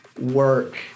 work